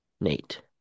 Nate